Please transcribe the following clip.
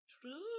True